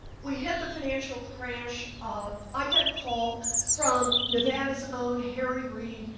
we had the financial crash, um i get a call from nevada's own harry reid.